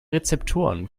rezeptoren